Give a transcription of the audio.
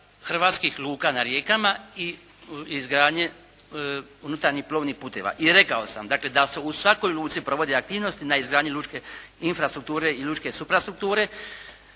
hrvatskih luka na rijekama i izgradnje unutarnjih plovnih putova. I rekao sam da se u svakoj luci provodi aktivnost na izgradnji lučke infrastrukture i lučke suprastrukture